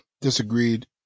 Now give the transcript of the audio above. disagreed